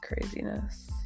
craziness